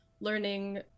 learning